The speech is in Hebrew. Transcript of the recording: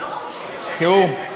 תראו,